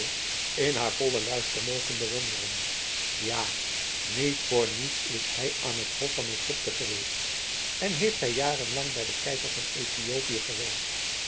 in haar vollen luister mogen bewonderen ja niet voor niets is hij aan het hof van egypte geweest en heeft hij jarenlang bij den keizer van ethiopië gewoond